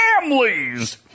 families